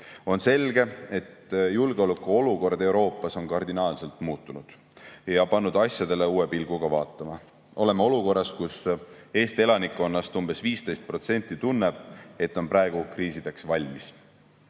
On selge, et julgeolekuolukord Euroopas on kardinaalselt muutunud ja pannud asjadele uue pilguga vaatama. Oleme olukorras, kus Eesti elanikkonnast umbes 15% tunneb, et on praegu kriisideks valmis.